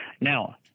Now